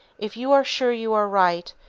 if you are sure you are right,